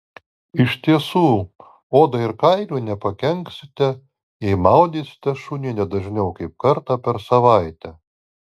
iš tiesų odai ir kailiui nepakenksite jei maudysite šunį ne dažniau kaip kartą per savaitę